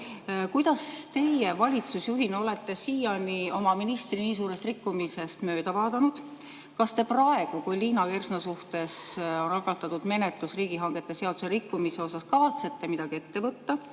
Kuidas teie valitsusjuhina olete siiani oma ministri nii suurest rikkumisest mööda vaadanud? Kas te praegu, kui Liina Kersna suhtes on algatatud menetlus riigihangete seaduse rikkumise kohta, kavatsete midagi ette võtta